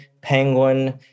Penguin